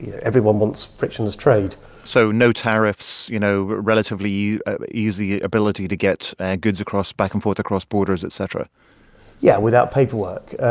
yeah everyone wants frictionless trade so no tariffs, you know, relatively easy ability to get goods across back and forth across borders, et cetera yeah, without paperwork.